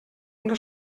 una